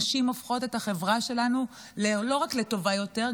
נשים הופכות את החברה שלנו לא רק לטובה יותר,